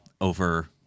over